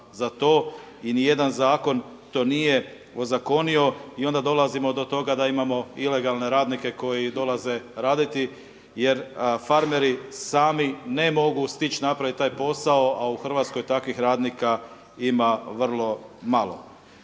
za to i ni jedan zakon to nije ozakonio. I onda dolazimo do toga da imamo ilegalne radnike koji dolaze raditi, jer farmeri sami ne mogu stići napraviti taj posao, a u Hrvatskoj takvih radnika ima vrlo malo.